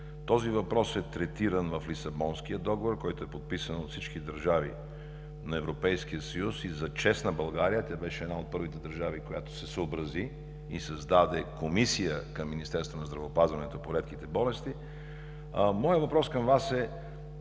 Този въпрос е третиран в Лисабонския договор, който е подписан от всички държави на Европейския съюз, и за чест на България, тя беше една от първите държави, която се съобрази и създаде Комисия към Министерството на здравеопазването по редките болести. Моят въпрос към Вас е